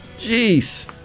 Jeez